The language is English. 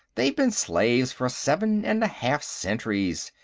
they've been slaves for seven and a half centuries.